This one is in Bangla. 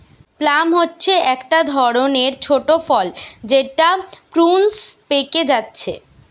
প্লাম হচ্ছে একটা ধরণের ছোট ফল যেটা প্রুনস পেকে হচ্ছে